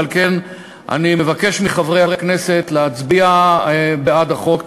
ועל כן אני מבקש מחברי הכנסת להצביע בעד החוק.